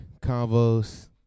Convos